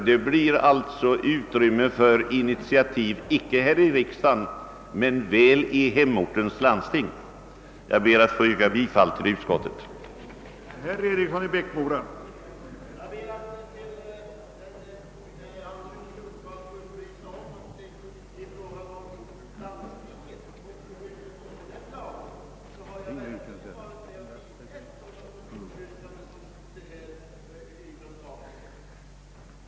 Det blir alltså utrymme för initiativ icke här i riksdagen men väl i hemlänets landsting. Jag ber att få yrka bifall till utskottets hemställan.